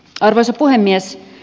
arvoisa puhemies